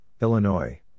Illinois